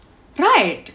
right